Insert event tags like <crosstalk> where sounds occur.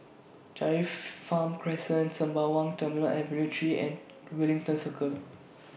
Dairy <noise> Farm Crescent Sembawang Terminal Avenue three and Wellington Circle